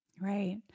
Right